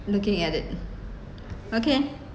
looking at it okay